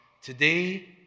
Today